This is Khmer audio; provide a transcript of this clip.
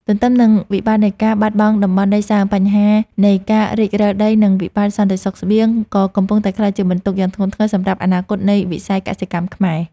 ទន្ទឹមនឹងវិបត្តិនៃការបាត់បង់តំបន់ដីសើម បញ្ហានៃ ការរិចរឹលដី និងវិបត្តិសន្តិសុខស្បៀង ក៏កំពុងតែក្លាយជាបន្ទុកយ៉ាងធ្ងន់ធ្ងរសម្រាប់អនាគតនៃវិស័យកសិកម្មខ្មែរ។